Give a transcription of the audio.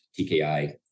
TKI